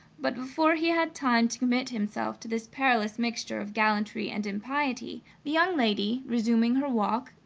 but before he had time to commit himself to this perilous mixture of gallantry and impiety, the young lady, resuming her walk,